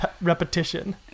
repetition